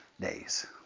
days